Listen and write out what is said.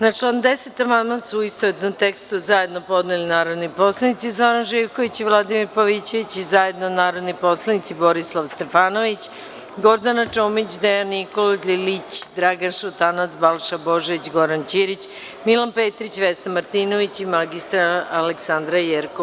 Na član 10. amandman su, u istovetnom tekstu zajedno podneli narodni poslanici Zoran Živković i Vladimir Pavićević i zajedno narodni poslanici Borislav Stefanović, Gordana Čomić, Dejan Nikolić, Dragan Šutanovac, Balša Božović, Goran Ćirić, Milan Petrić, Vesna Martinović i mr Aleksandra Jerkov.